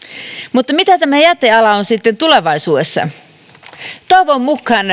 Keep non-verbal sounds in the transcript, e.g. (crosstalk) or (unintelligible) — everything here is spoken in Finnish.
mutta mitä tämä jäteala on sitten tulevaisuudessa toivon mukaan (unintelligible)